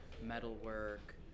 metalwork